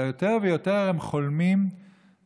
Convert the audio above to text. אלא יותר ויותר הם חולמים